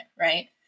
right